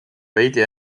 veidi